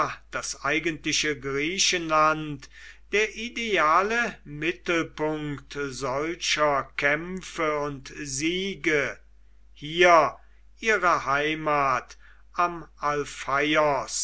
das eigentliche griechenland der ideale mittelpunkt solcher kämpfe und siege hier ihre heimat am